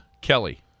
Kelly